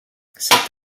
cette